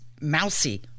mousy